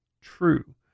true